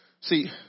See